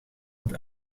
het